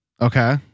Okay